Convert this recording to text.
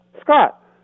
Scott